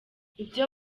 ibyo